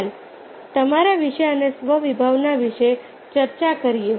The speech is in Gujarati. ખ્યાલ તમારા વિશે અને સ્વ વિભાવના વિશે ચર્ચા કરીએ